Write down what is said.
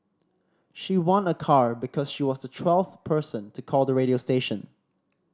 she won a car because she was the twelfth person to call the radio station